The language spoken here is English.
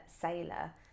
Sailor